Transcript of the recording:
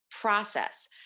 process